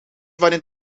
waarin